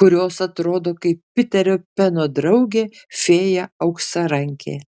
kurios atrodo kaip piterio peno draugė fėja auksarankė